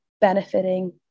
benefiting